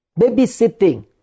Babysitting